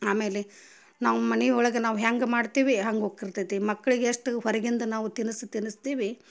ಆಮೇಲೆ ನಾವು ಮನೆ ಒಳಗೆ ನಾವು ಹೆಂಗೆ ಮಾಡ್ತೀವಿ ಹಂಗೆ ಹೊಕಿರ್ತೈತಿ ಮಕ್ಕಳಿಗೆ ಎಷ್ಟು ಹೊರ್ಗಿಂದು ನಾವು ತಿನಸು ತಿನಿಸ್ತೀವಿ